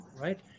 right